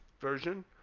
version